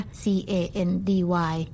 candy